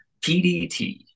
PDT